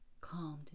calmed